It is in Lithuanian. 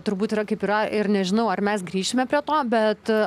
turbūt yra kaip yra ir nežinau ar mes grįšime prie to bet